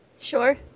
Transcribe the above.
Sure